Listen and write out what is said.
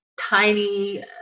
tiny